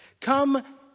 Come